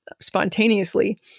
spontaneously